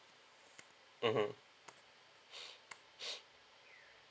mmhmm